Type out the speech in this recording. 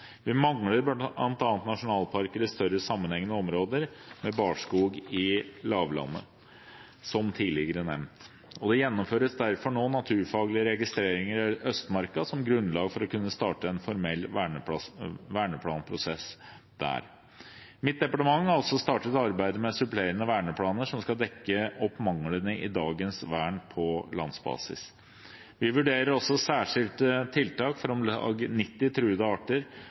Vi mangler bl.a. nasjonalparker i større, sammenhengende områder med barskog i lavlandet, som tidligere nevnt. Det gjennomføres derfor nå naturfaglige registreringer i Østmarka som grunnlag for å kunne starte en formell verneplanprosess der. Mitt departement har også startet arbeidet med supplerende verneplaner som skal dekke opp manglene i dagens vern på landsbasis. Vi vurderer også særskilte tiltak for om lag 90 truede arter